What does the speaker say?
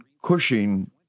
Cushing